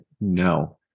No